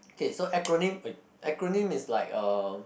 K so acronym acronym is like a